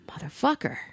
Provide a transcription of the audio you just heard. motherfucker